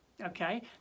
Okay